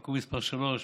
(תיקון מס' 3)